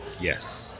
Yes